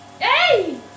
Hey